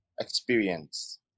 experience